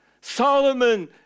Solomon